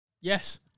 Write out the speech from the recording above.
yes